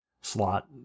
slot